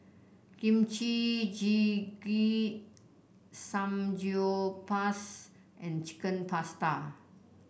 Kimchi Jjigae Samgyeopsal and Chicken Pasta